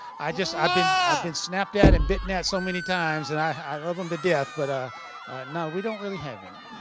i just, i've been i've been snapped at and bitten at so many times. and i love them to death but no, we don't really have any.